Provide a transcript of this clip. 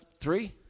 three